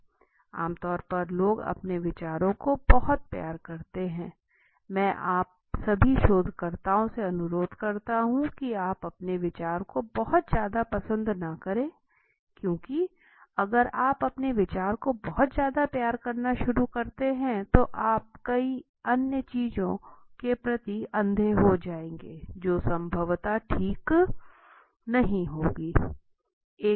आम तौर पर लोग अपने विचारों को बहुत प्यार करते हैं मैं आप सभी शोधकर्ताओं से अनुरोध करता हूं कि आप अपने विचार को बहुत ज्यादा पसंद न करें क्योंकि अगर आप अपने विचार को बहुत ज्यादा प्यार करना शुरू करते हैं तब आप कई अन्य चीजों के प्रति अंधे हो जाएंगे जो संभवतः ठीक हो सकती है